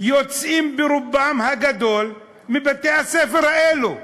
יוצאים ברובם הגדול מבתי-הספר האלה,